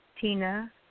Tina